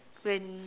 when